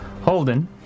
Holden